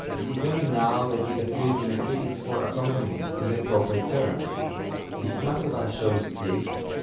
it is only now that it appears in a treatise for accompaniment with a proper term bismantova shows this